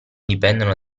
dipendono